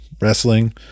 wrestling